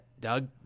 Doug